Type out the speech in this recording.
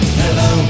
hello